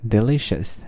Delicious